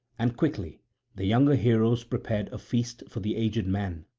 and quickly the younger heroes prepared a feast for the aged man,